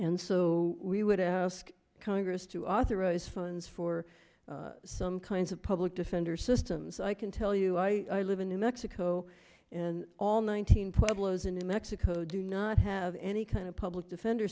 and so we would ask congress to authorize funds for some kinds of public defender systems i can tell you i live in new mexico and all nineteen problems in new mexico do not have any kind of public defender